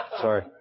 Sorry